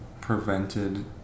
prevented